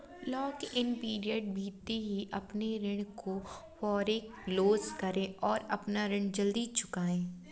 lock in period बीतते ही अपने ऋण को फोरेक्लोज करे और अपना ऋण जल्द चुकाए